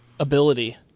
ability